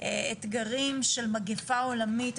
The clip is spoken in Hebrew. אתגרים של מגפה עולמית,